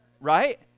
right